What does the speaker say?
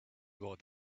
about